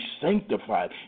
sanctified